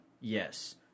yes